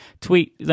tweet